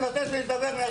בשעה 10:41.